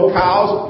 cows